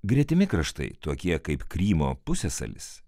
gretimi kraštai tokie kaip krymo pusiasalis